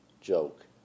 joke